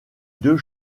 deux